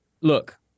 look